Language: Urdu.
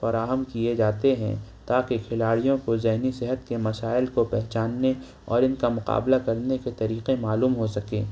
فراہم کیے جاتے ہیں تاکہ کھلاڑیوں کو ذہنی صحت کے مسائل کو پہچاننے اور ان کا مقابلہ کرنے کے طریقے معلوم ہو سکیں